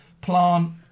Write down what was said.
plant